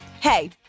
Hey